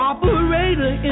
Operator